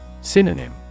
Synonym